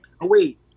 Wait